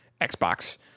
xbox